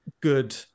good